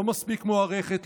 לא מספיק מוערכת,